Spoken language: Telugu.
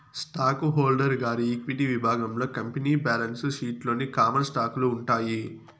స్టాకు హోల్డరు గారి ఈక్విటి విభాగంలో కంపెనీ బాలన్సు షీట్ లోని కామన్ స్టాకులు ఉంటాయి